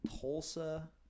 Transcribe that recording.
Tulsa